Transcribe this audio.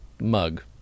mug